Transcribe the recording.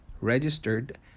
registered